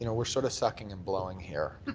you know are sort of sucking and blowing here.